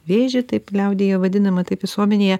vėžį taip liaudyje vadinamą taip visuomenėje